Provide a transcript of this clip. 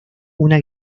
una